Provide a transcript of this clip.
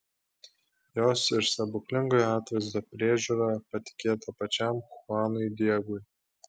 jos ir stebuklingojo atvaizdo priežiūra patikėta pačiam chuanui diegui